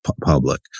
Public